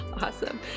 awesome